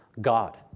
God